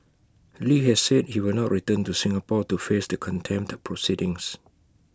li has said he will not return to Singapore to face the contempt proceedings